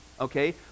okay